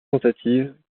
tentatives